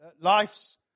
life's